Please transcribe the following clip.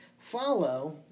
follow